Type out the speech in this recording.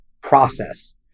process